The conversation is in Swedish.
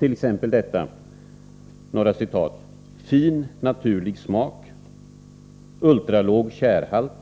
Låt mig ge några exempel: ”Fin naturlig smak”, ”Ultralåg tjärhalt”,